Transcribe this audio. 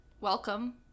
Welcome